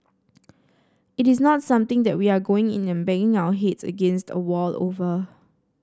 it is not something that we are going in and banging our heads against a wall over